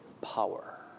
power